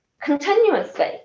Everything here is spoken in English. continuously